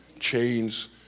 chains